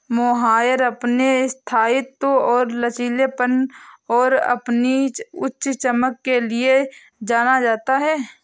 mohair अपने स्थायित्व और लचीलेपन और अपनी उच्च चमक के लिए जाना जाता है